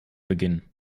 beginnen